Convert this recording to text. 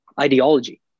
ideology